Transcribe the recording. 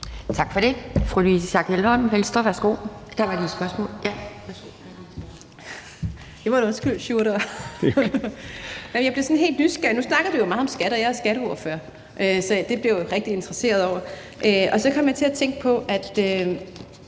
Tak for det.